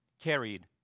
carried